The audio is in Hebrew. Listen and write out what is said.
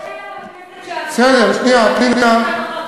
זה היה בכנסת שעברה, בסדר, שנייה, פנינה.